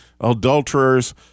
adulterers